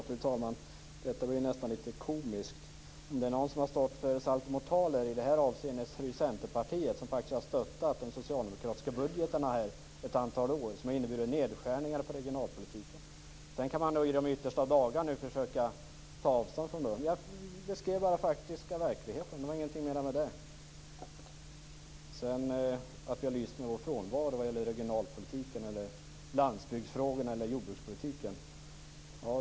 Fru talman! Detta var ju nästan litet komiskt. Om det är några som har stått för saltomortaler i det här avseendet är det ju Centerpartiet. De har faktiskt stöttat de socialdemokratiska budgetarna, som har inneburit nedskärningar på regionalpolitiken, under ett antal år. Sedan kan man nu i de yttersta av dagar försöka ta avstånd från detta. Jag beskrev bara den faktiska verkligheten. Det var inte mer med det. Sedan till detta att vi skulle ha lyst med vår frånvaro när det gäller regionalpolitiken, landsbygdsfrågorna eller jordbrukspolitiken.